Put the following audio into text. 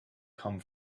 come